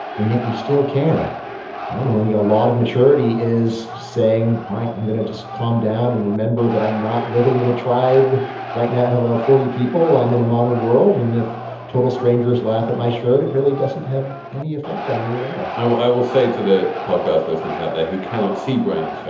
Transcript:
and yet we still care. all right. and yeah a lot of maturity is saying, all right. i'm going to just calm down and remember that i'm not living in a tribe right now. l l. forty people. i'm in a modern world. and if total strangers laugh at my shirt, it really doesn't have any effect on me at all i will i will say to the podcast listeners out there who cannot see brian, so